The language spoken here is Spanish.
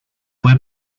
fue